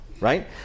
Right